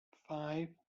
five